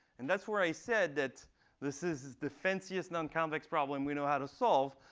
and that's where i said that this is is the fanciest non-convex problem we know how to solve.